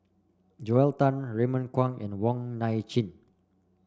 Joel Tan Raymond Kang and Wong Nai Chin